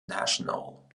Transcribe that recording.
national